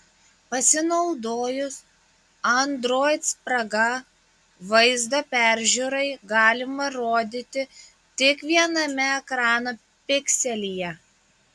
pasinaudojus android spraga vaizdą peržiūrai galima rodyti tik viename ekrano pikselyje